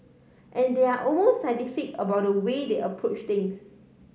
and they are almost scientific about the way they approach things